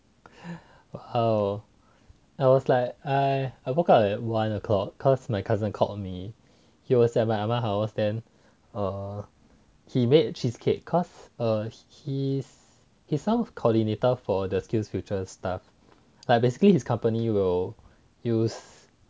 oh I was like I woke up at one o'clock cause my cousin called me he was at my ah ma house then he made cheesecake cause err he's some coordinator for the skills future stuff like basically his company will use